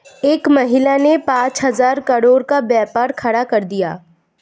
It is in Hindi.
एक महिला ने पांच हजार करोड़ का व्यापार खड़ा कर दिया